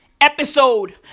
Episode